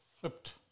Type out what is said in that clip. flipped